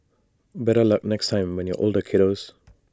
better luck next time when you're older kiddos